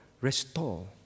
restore